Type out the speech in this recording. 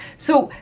so,